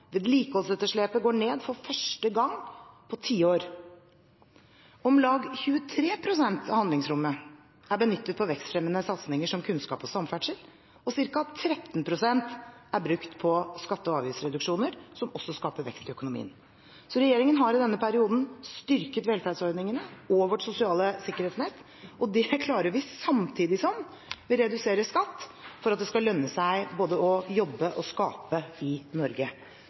vedlikeholdsetterslepet går ned for første gang på tiår. Om lag 23 pst. av handlingsrommet er benyttet på vekstfremmende satsinger som kunnskap og samferdsel. Om lag 13 pst. er brukt på skatte- og avgiftsreduksjoner – som også skaper vekst i økonomien. Regjeringen har i denne perioden styrket velferdsordningene og vårt sosiale sikkerhetsnett. Det klarer vi samtidig som vi reduserer skatter for at det skal lønne seg både å arbeide og å skape i Norge.